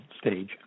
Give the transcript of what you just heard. stage